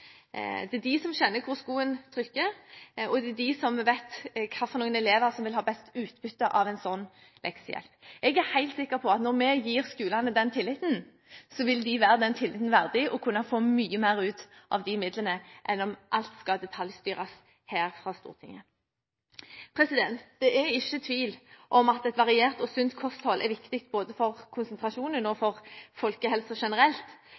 Det er de som kjenner hvor skoen trykker, og det er de som vet hvilke elever som vil ha best utbytte av en slik leksehjelp. Jeg er helt sikker på at når vi gir skolene den tilliten, så vil de vise seg den tilliten verdig og kunne få mye mer ut av de midlene enn om alt skal detaljstyres her fra Stortinget. Det er ikke tvil om at et variert og sunt kosthold er viktig, både for konsentrasjonen og for folkehelsen generelt.